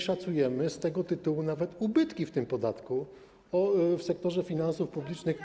Szacujemy z tego tytułu nawet ubytki w podatku w sektorze finansów publicznych.